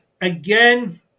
Again